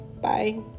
Bye